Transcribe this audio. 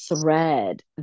thread